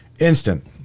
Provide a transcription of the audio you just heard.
instant